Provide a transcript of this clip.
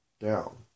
down